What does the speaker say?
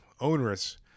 onerous